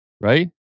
Right